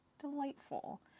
delightful